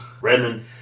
Redmond